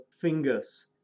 fingers